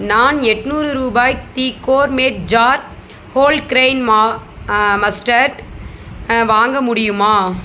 நான் எட்நூறு ரூபாய்க் the gourmet jar wholegrain mustard வாங்க முடியுமா